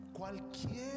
Cualquier